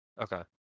Okay